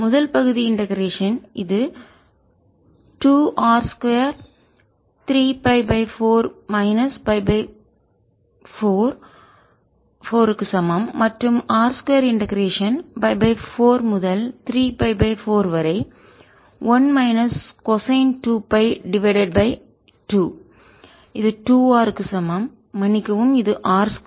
முதல் பகுதி இண்டெகரேஷன் இது 2R 23 π4 மைனஸ் π 4 சமம் மற்றும் R 2 இண்டெகரேஷன் π 4 முதல் 3 π 4 வரை 1 மைனஸ் கொசைன் 2 Φ டிவைடட் பை 2 இது 2R க்கு சமம் மன்னிக்கவும் இது R 2